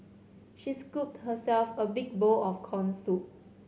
she scooped herself a big bowl of corn soup